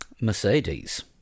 Mercedes